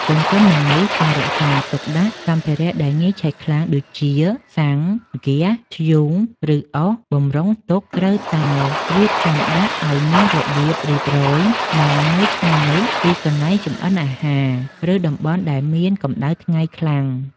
ទន្ទឹមនឹងនេះ ការរក្សាទុកដាក់សម្ភារៈដែលងាយឆេះខ្លាំង ដូចជា សាំង ហ្គាស ធ្យូង ឬអុស បម្រុងទុក ត្រូវតែរៀបចំដាក់ឱ្យមានរបៀបរៀបរយ និងនៅឆ្ងាយពីកន្លែងចម្អិនអាហារ ឬតំបន់ដែលមានកម្ដៅថ្ងៃខ្លាំង។